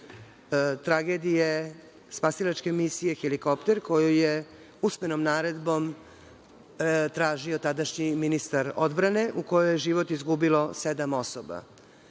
tragedije spasilačke misije helikopter, koji je usmenom naredbom tražio tadašnji ministar odbrane u kojoj je život izgubilo sedam osoba.